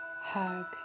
hug